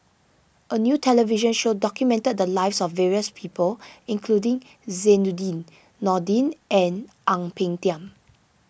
a new television show documented the lives of various people including Zainudin Nordin and Ang Peng Tiam